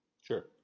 Sure